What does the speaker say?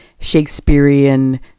shakespearean